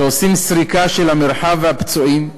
שעושים סריקה של המרחב והפצועים,